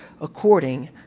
according